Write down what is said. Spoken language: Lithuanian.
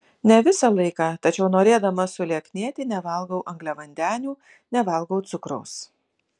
ne visą laiką tačiau norėdama sulieknėti nevalgau angliavandenių nevalgau cukraus